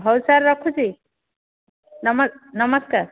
ହେଉ ସାର୍ ରଖୁଛି ନମସ୍ ନମସ୍କାର